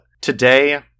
today